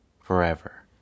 Forever